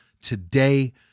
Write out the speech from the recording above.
today